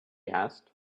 asked